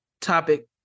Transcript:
topic